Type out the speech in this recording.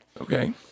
Okay